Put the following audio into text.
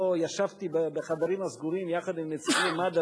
לא ישבתי בחדרים סגורים יחד עם נציגי מד"א